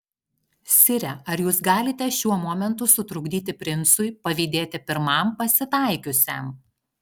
sire ar jūs galite šiuo momentu sutrukdyti princui pavydėti pirmam pasitaikiusiam